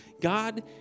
God